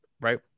Right